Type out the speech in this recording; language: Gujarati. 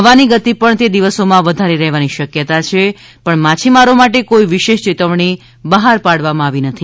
હવાની ગતિ પણ તે દિવસોમાં વધારે રહેવાની શક્યતા છે પણ માછીમારો માટે કોઈ વિશેષ ચેતવણી બહાર પાડવામાં આવી નથી